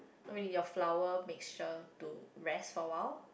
with your flour mixture to rest for a while